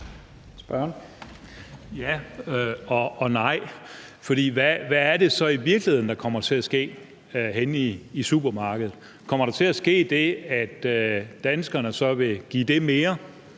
Ja og nej. For hvad er det så i virkeligheden, der kommer til at ske henne i supermarkedet? Kommer der til at ske det, at danskerne så vil give det mere